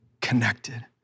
connected